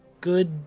good